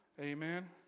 Amen